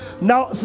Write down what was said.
Now